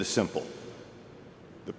the simple the